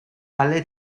alle